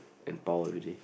and pau everyday